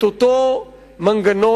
את אותו מנגנון,